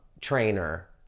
trainer